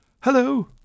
Hello